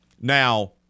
Now